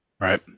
Right